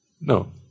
No